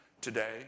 today